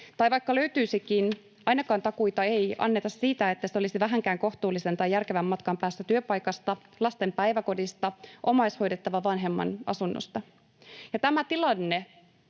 Tai vaikka löytyisikin, ainakaan takuita ei anneta siitä, että se olisi vähänkään kohtuullisen tai järkevän matkan päästä työpaikasta, lasten päiväkodista, omaishoidettavan vanhemman asunnosta. Tämä tilanne